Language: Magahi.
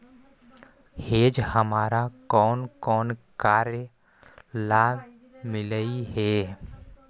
हेज हमारा कौन कौन कार्यों ला मिलई हे